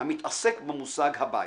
המתעסק במושג הבית.